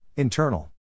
Internal